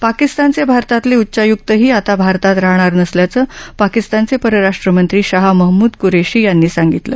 पाकिस्तानचे भारतातले उच्चायुक्तही आता भारतात राहणार नसल्याचं पाकिस्तानचे परराष्ट्र मंत्री शहा महमूद कुरेशी यांनी सांगितलं